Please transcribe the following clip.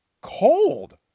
cold